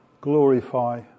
glorify